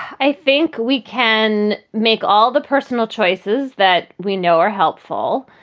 i think we can make all the personal choices that we know are helpful.